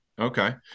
Okay